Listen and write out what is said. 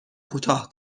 کوتاه